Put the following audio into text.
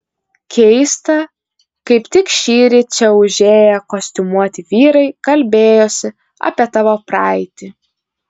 keista kaip tik šįryt čia užėję kostiumuoti vyrai kalbėjosi apie tavo praeitį